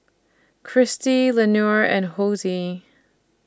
Christi Leonor and Hosie